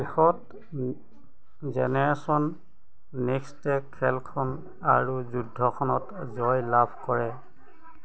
শেষত জেনেৰেশ্যন নেক্সটে খেলখন আৰু যুদ্ধখনত জয় লাভ কৰে